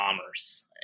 commerce